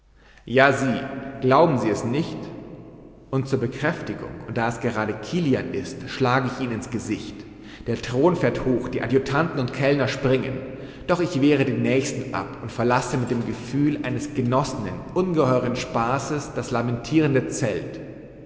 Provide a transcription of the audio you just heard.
ja sie glauben sie nicht und zur bekräftigung und da es gerade kilian ist schlage ich ihn ins gesicht der thron fährt hoch die adjutanten und kellner springen doch ich wehre die nächsten ab und verlasse mit dem gefühl eines genossenen ungeheuren spaßes das lamentierende zelt